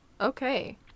okay